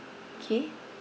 okay